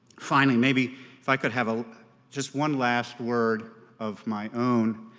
finally, maybe if i could have ah just one last word of my own